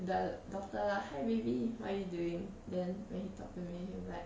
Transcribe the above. the daughter lah hi baby what you doing then when he talk to me he will be like